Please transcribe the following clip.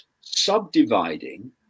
subdividing